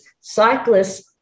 cyclists